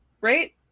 Right